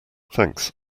thanks